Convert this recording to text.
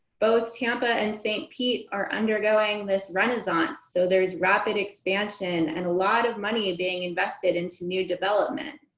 both tampa and st. pete are undergoing this renaissance, so there's rapid expansion and a lot of money being invested into new development.